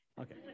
okay